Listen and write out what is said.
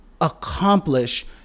accomplish